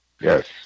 Yes